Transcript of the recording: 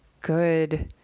good